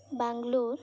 Bangalore